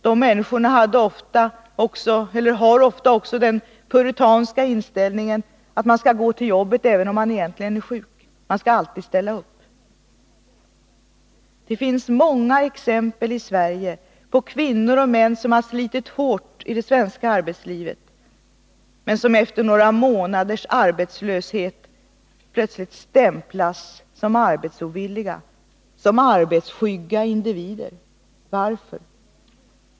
De människorna har ofta också den puritanska inställningen att man skall gå till jobbet även om man egentligen är sjuk, att man alltid skall ställa upp. Det finns i Sverige många exempel på kvinnor och män som har slitit hårt i det svenska arbetslivet men som efter några månaders arbetslöshet plötsligt stämplas som arbetsovilliga, som arbetsskygga individer. Varför?